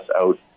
out